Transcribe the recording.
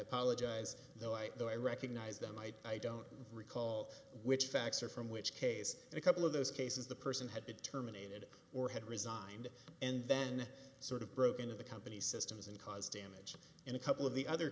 apologize though i recognize that might i don't recall which facts are from which case a couple of those cases the person had been terminated or had resigned and then sort of broke into the company systems and caused damage in a couple of the other